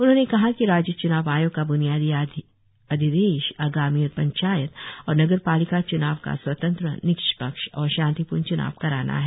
उन्होंने कहा कि राज्य च्नाव आयोग का ब्नियादी अधिदेश आगामी पंचायत और नगरपालिका च्नाव का स्वतंत्र निष्पक्ष और शांतिपूर्ण च्नाव कराना है